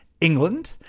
England